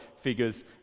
figures